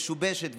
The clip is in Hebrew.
משובשת,